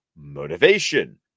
motivation